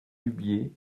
dubié